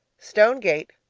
stone gate,